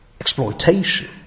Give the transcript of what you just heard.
exploitation